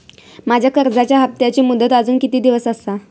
माझ्या कर्जाचा हप्ताची मुदत अजून किती दिवस असा?